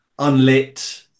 unlit